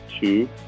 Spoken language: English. two